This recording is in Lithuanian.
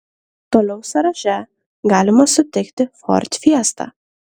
toliau sąraše galima sutikti ford fiesta